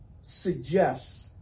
suggests